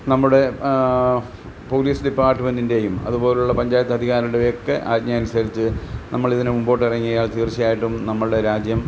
നമ്മുടെ പോലീസ് ഡിപ്പാർട്ട്മെൻറ്റിൻ്റേയും അതുപോലുള്ള പഞ്ചായത്ത് അധികാരികളുടേയും ഒക്കെ ആജ്ഞ അനുസരിച്ച് നമ്മളിതിനെ മുമ്പോട്ടിറങ്ങിയാൽ തീർച്ചയായിട്ടും നമ്മളുടെ രാജ്യം